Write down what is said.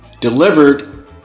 delivered